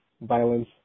Violence